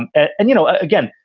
and and you know, again,